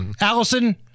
Allison